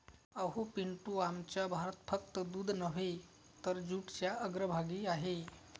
अहो पिंटू, आमचा भारत फक्त दूध नव्हे तर जूटच्या अग्रभागी आहे